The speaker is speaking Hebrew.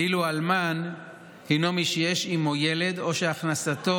ואילו אלמן הינו מי שיש עימו ילד או שהכנסתו